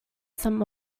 some